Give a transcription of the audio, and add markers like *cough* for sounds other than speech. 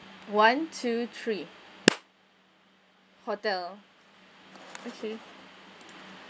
one two three *noise* hotel